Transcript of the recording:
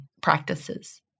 practices